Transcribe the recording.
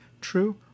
true